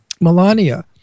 Melania